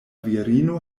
virino